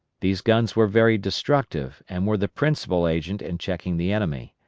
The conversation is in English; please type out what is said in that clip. these guns were very destructive, and were the principal agent in checking the enemy.